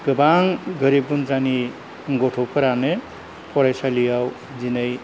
गोबां गोरिब गुन्द्रानि गथ'फोरानो फरायसालियाव दिनै